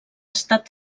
estat